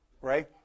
Ray